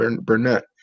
Burnett